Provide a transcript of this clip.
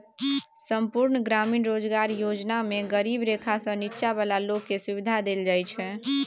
संपुर्ण ग्रामीण रोजगार योजना मे गरीबी रेखासँ नीच्चॉ बला लोक केँ सुबिधा देल जाइ छै